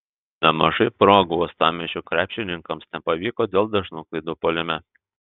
nemažai progų uostamiesčio krepšininkams nepavyko dėl dažnų klaidų puolime